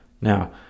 Now